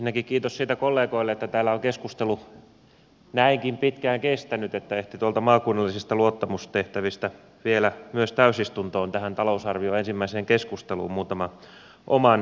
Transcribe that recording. ensinnäkin kiitos siitä kollegoille että täällä on keskustelu näinkin pitkään kestänyt että ehti tuolta maakunnallisista luottamustehtävistä vielä myös täysistuntoon tähän talousarvion ensimmäiseen keskusteluun muutaman oman ajatuksen tuomaan